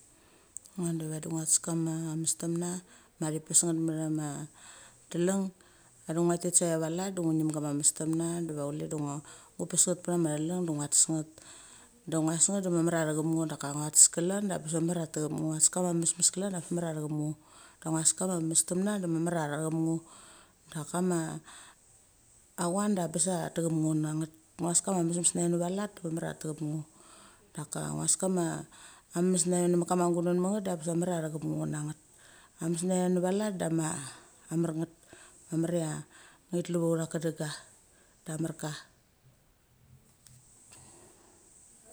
Ngo da vodi ngia tes kama mestemna ma ithi pes nget mech ma teleng. Vadi ngo tet save va let de ngunem kama mestemna diva chule do ngo pes nget pa ma thaleng da ngia tes nget. Da nguas nget da mamar cha thechap ngo da ka ngo tes klan de abes mamar cha techap ngo. Ngo tes kama mesmes klan de abes mamar cha thechap ngo, da ngo as kama mestemna de mamar cha thechap ngo. Da kama ma achuan da bes techap ngo nemet nget ngo a kama mesmes nave valet de mamar cha techap ngo. Daka ngo as kama mesmes nave namet kama guneng met nget de bes mamarcha thechap ngo na nget. A mesmes na ve neve let dama, amar nget. Mamar chia ngi tul va ut tenga da amarka.